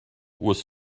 was